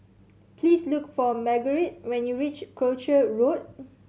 please look for Margurite when you reach Croucher Road